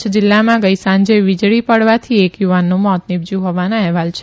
કચ્છ જિલ્લામાં ગઇ સાંજે વીજળી પડવાથી એક યુવાનનું મોત નિપજ્યું હોવાના અહેવાલ છે